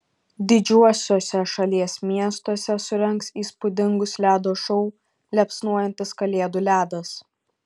didžiuosiuose šalies miestuose surengs įspūdingus ledo šou liepsnojantis kalėdų ledas